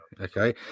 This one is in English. okay